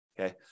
Okay